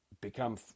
become